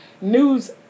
news